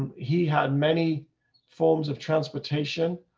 he had many forms of transportation.